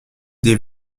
des